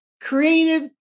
creative